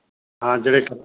ਹਾਂ ਜਿਹੜੇ ਕਿ